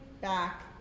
back